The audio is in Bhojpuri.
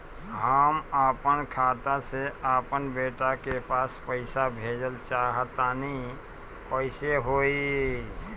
हम आपन खाता से आपन बेटा के पास पईसा भेजल चाह तानि कइसे होई?